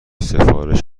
سفارش